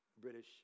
British